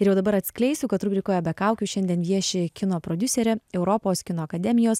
ir jau dabar atskleisiu kad rubrikoje be kaukių šiandien vieši kino prodiuserė europos kino akademijos